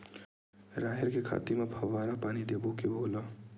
राहेर के खेती म फवारा पानी देबो के घोला?